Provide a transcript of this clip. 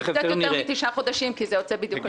זה קצת יותר מתשעה חודשים כי זה יוצא חול המועד סוכות.